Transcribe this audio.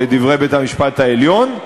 לדברי בית-המשפט העליון,